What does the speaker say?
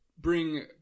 bring